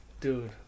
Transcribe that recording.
Dude